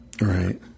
Right